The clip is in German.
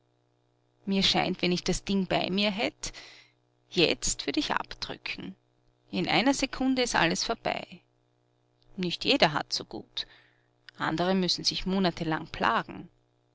mir scheint wenn ich das ding bei mir hätt jetzt würd ich abdrücken in einer sekunde ist alles vorbei nicht jeder hat's so gut andere müssen sich monatelang plagen